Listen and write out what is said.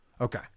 okay